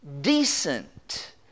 decent